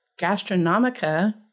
gastronomica